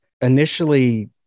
initially